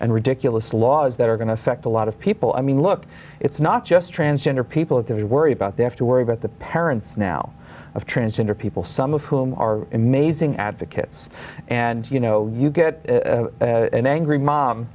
and ridiculous laws that are going to affect a lot of people i mean look it's not just transgender people if you worry about they have to worry about the parents now of transgender people some of whom are amazing advocates and you know you get an angry mom